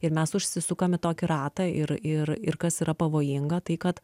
ir mes užsisukam į tokį ratą ir ir ir kas yra pavojinga tai kad